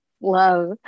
love